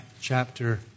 chapter